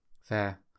Fair